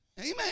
Amen